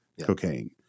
cocaine